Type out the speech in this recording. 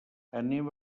anem